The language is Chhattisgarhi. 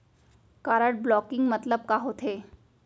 कारड ब्लॉकिंग मतलब का होथे?